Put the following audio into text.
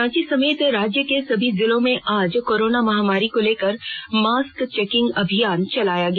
रांची समेत राज्य के सभी जिलों में आज कोरोना महामारी को लेकर मास्क चेकिंग अभियान चलाया गया